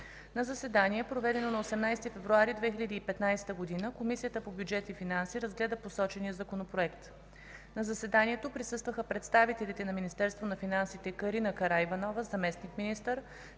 На заседание, проведено на 5 февруари 2015 г., Комисията по бюджет и финанси разгледа посочения законопроект. На заседанието присъстваха представителите на Министерство на финансите: Цветанка Михайлова – директор